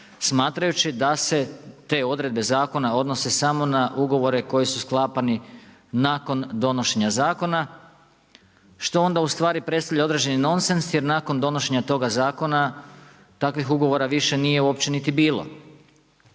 smatrajući da se te odredbe zakona odnose samo na ugovore koji su sklapani nakon donošenje zakona, što onda u stvari predstavlja određeni nonsens, jer nakon donošenje toga zakona, takvih ugovora više uopće niti bilo.